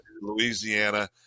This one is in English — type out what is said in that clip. Louisiana